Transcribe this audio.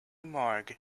morgue